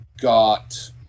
Got